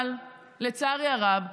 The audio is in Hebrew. אבל לצערי הרב,